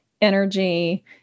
energy